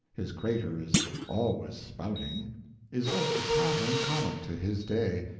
his crater is always spouting is of the pattern common to his day,